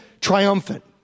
triumphant